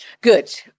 Good